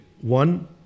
One